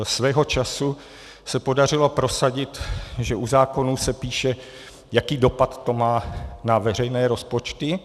Svého času se podařilo prosadit, že u zákonů se píše, jaký dopad to má na veřejné rozpočty.